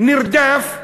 נרדף,